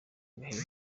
agahigo